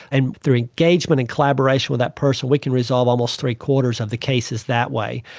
and through engagement and collaboration with that person we can resolve almost three-quarters of the cases that way.